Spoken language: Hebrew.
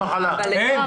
אין.